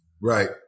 Right